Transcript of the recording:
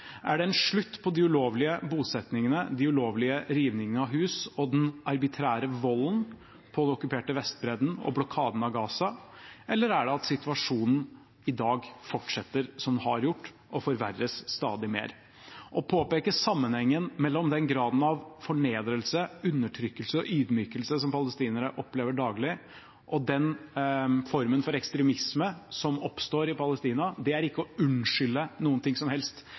Er det en slutt på de ulovlige bosettingene, de ulovlige rivningene av hus, den arbitrære volden på den okkuperte Vestbredden og blokaden av Gaza, eller er det at situasjonen i dag fortsetter som før, og forverres stadig mer? Å påpeke sammenhengen mellom den graden av fornedrelse, undertrykkelse og ydmykelse som palestinere opplever daglig, og den formen for ekstremisme som oppstår i Palestina, er ikke å unnskylde noen ting som helst.